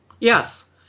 Yes